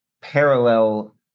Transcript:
parallel